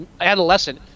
adolescent